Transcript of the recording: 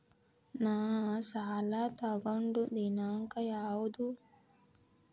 ನಾ ಸಾಲ ತಗೊಂಡು ದಿನಾಂಕ ಯಾವುದು?